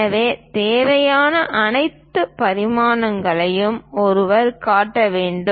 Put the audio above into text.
எனவே தேவையான அனைத்து பரிமாணங்களையும் ஒருவர் காட்ட வேண்டும்